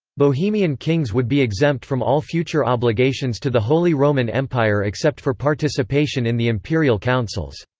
bohemian kings would be exempt from all future obligations to the holy roman empire except for participation in the imperial councils.